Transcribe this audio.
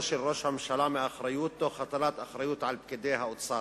של ראש הממשלה מאחריות תוך הטלת אחריות על פקידי האוצר,